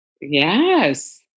Yes